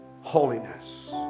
holiness